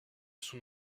son